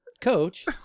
Coach